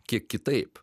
kiek kitaip